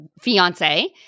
fiance